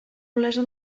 olesa